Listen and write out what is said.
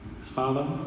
Father